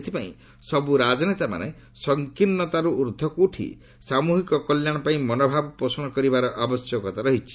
ଏଥପାଇଁ ସବୁ ରାଜନେତାମାନେ ସଂକୀର୍ଷତାରୁ ଉର୍ଦ୍ଧକୁ ଉଠି ସାମୃହିକ କଲ୍ୟାଣପାଇଁ ମନୋଭାବ ପୋଷଣ କରିବାର ଆବଶ୍ୟକତା ରହିଛି